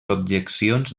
objeccions